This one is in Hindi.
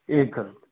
एक घर